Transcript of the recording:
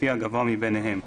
לפי הגבוה מביניהם.